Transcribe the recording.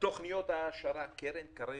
תוכניות העשרה של קרן קרב